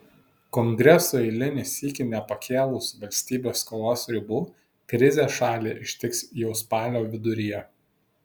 kongresui eilinį sykį nepakėlus valstybės skolos ribų krizė šalį ištiks jau spalio viduryje